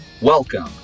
Welcome